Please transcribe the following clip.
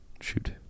Shoot